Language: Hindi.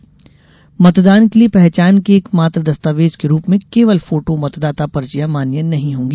पहचान पत्र मतदान के लिये पहचान के एक मात्र दस्तावेज के रूप में केवल फोटो मतदाता पर्चियां मान्य नहीं होंगी